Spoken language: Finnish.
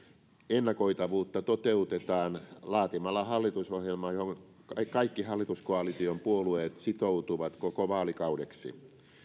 ennakoitavuutta toteutetaan laatimalla hallitusohjelma johon kaikki hallituskoalition puolueet sitoutuvat koko vaalikaudeksi